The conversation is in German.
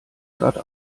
gerade